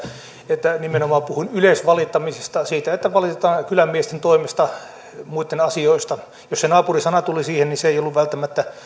että nimenomaan puhun yleisvalittamisesta siitä että valitetaan kylänmiesten toimesta muitten asioista jos se naapuri sana tuli siihen niin se ei ollut välttämättä